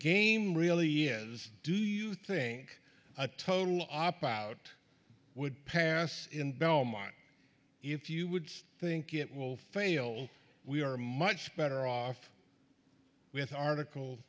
game really is do you think a total opt out would pass in belmont if you would think it will fail we are much better off with article